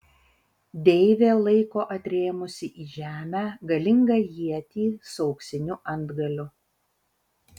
deivė laiko atrėmusi į žemę galingą ietį su auksiniu antgaliu